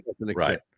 Right